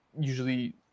usually